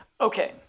Okay